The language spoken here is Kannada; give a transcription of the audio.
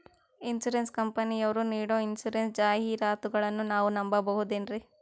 ಇನ್ಸೂರೆನ್ಸ್ ಕಂಪನಿಯರು ನೀಡೋ ಇನ್ಸೂರೆನ್ಸ್ ಜಾಹಿರಾತುಗಳನ್ನು ನಾವು ನಂಬಹುದೇನ್ರಿ?